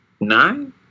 nine